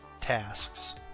tasks